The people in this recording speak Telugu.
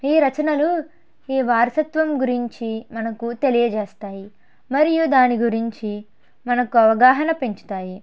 ఈ రచనలు ఈ వారసత్వం గురించి మనకు తెలియజేస్తాయి మరియు దాని గురించి మనకు అవగాహన పెంచుతాయి